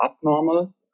abnormal